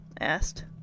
asked